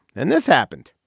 and this happened,